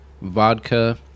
vodka